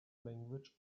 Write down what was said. language